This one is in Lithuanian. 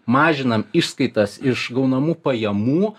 mažinam išskaitas iš gaunamų pajamų